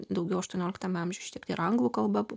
daugiau aštuonioliktame amžiuje užtektų ir anglų kalba